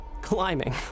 climbing